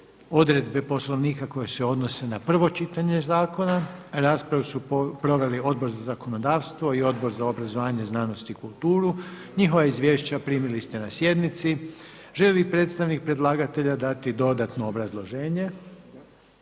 odredbe Poslovnika koje se odnose na prvo čitanje zakona. Raspravu su proveli Odbor za zakonodavstvo i Odbor za obrazovanje, znanost i kulturu. Njihova izvješća primili ste na sjednici. Želi li predstavnik predlagatelja dati dodatno obrazloženje?